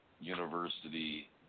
university